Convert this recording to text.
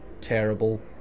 terrible